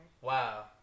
Wow